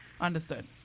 Understood